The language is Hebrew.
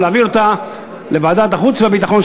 ולהעביר אותה לוועדת החוץ והביטחון.